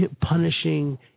punishing